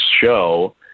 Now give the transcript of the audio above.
show